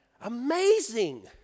Amazing